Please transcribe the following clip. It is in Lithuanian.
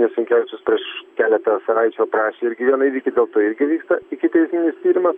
nes sinkevičius prieš keletą savaičių aprašė irgi vieną įvykį dėl to irgi vyksta ikiteisminis tyrimas